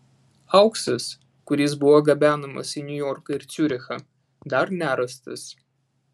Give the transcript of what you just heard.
auksas kuris buvo gabenamas į niujorką ir ciurichą dar nerastas